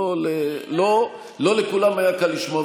לא לכולם היה קל לשמוע,